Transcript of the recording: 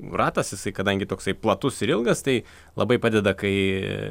ratas jisai kadangi toksai platus ir ilgas tai labai padeda kai